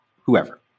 whoever